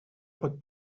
pot